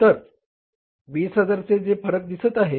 तर 20000 चे फरक दिसत आहे